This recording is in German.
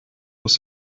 aus